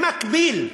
במקביל,